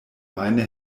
meine